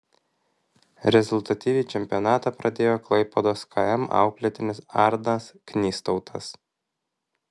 rezultatyviai čempionatą pradėjo klaipėdos km auklėtinis arnas knystautas